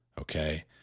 Okay